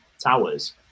towers